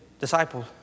disciples